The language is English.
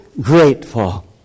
grateful